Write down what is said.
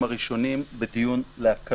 אמנם היא דרך טיפה יותר ארוכה, אבל בסוף היא קצרה.